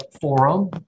forum